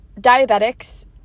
diabetics